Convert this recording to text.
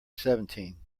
seventeen